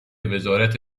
وزارت